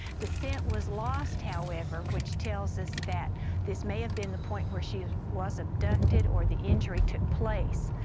the scent was lost, however, which tells us that this may have been the point where she was abducted or the injury took place.